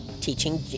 teaching